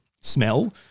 smell